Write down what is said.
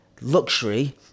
luxury